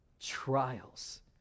trials